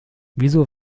wieso